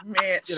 Man